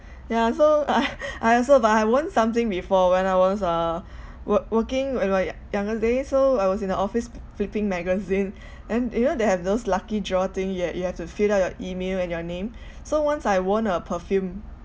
ya so I I also but I won something before when I was uh wor~ working when were young~ younger days so I was in the office flip~ flipping magazine and then you know they have those lucky draw thing you have you have to fill up your email and your name so once I won a perfume